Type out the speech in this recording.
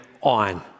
on